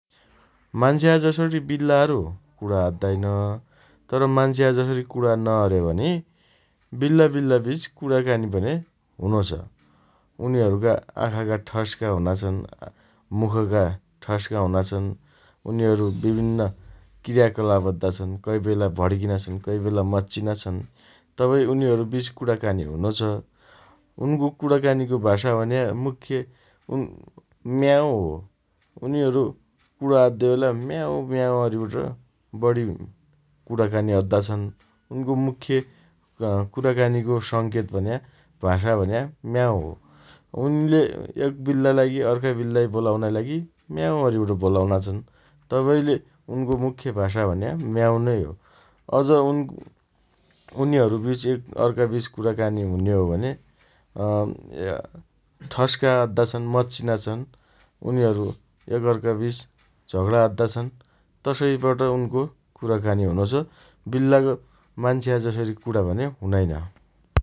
मान्छ्या जसरी बिल्लाहरू कुणा अद्दाइन । तर, मान्छ्या जसरी कुणा नअर्यापनी बिल्लाबिल्लाबीच कुणाकानी भने हुनोछ । उनीहरूका आँखाका ठस्का हुना छन् । मुखका ठस्का हुना छन् । उनीहरू विभिन्न क्रियाकलाप अद्दा छन् । कैबेला भड्किना छन् । कैबेला मच्चिना छन् । तबै उनीहरूबीच कुणाकानी हुनो छ । उनको कुणाकानीको भाषा भन्या मुख्य म्याउ हो । उनीहरू कुणा अद्देबेला म्याउ म्याउ अरिकन बढी कुराकानी अद्दा छन् । उनको मुख्य अँ कुराकानीको संकेत भन्या, भाषा भन्या म्याउ हो । उनले एक बिल्लालाई अर्का बिल्ला बोलाउनाइ लागि म्याउ अरिकन बोलाउना छन् । तबैले उनको मुख्य भाषा भन्या म्याउ नै हो । अझ उनीहरूबीच एकअर्काबीच कुराकानी हुन्यो भने अँ ठस्का अद्दा छन् । मच्चिना छन् । उनीहरू एकअर्काबीच झगडा अद्दा छन् । तसैबाट उनको कुराकानी हुनोछ । बिल्लाको मान्छ्या जसरी कुणाकानी भने हुनाइन ।